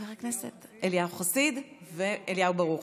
חברי הכנסת אליהו חסיד ואליהו ברוכי,